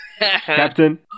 Captain